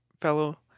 fellow